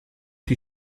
die